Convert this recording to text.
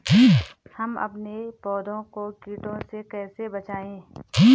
हम अपने पौधों को कीटों से कैसे बचाएं?